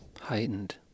heightened